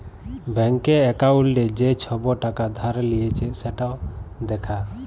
ব্যাংকে একাউল্টে যে ছব টাকা ধার লিঁয়েছে সেট দ্যাখা